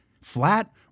flat